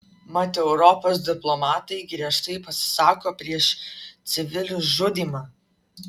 mat europos diplomatai griežtai pasisako prieš civilių žudymą